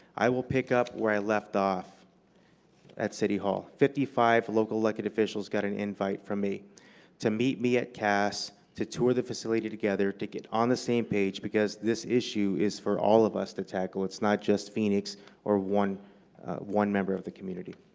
i will pick up where i left off at city hall. fifty five local-elected like officials got an invite from me to meet me at cass, to tour the facility together to get on the same page because this issue is for all of us to tackle. it's not just phoenix or one one member of the community.